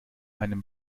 einem